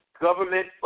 government